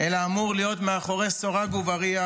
אלא הן אמורות להיות מאחורי סורג ובריח